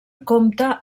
compta